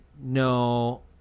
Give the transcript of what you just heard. no